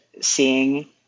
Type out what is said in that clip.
seeing